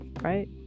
right